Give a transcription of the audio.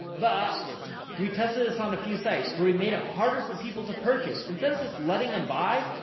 but we tested this on a few sites where we made it harder for people to purchase, instead of just letting them buy,